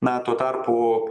na tuo tarpu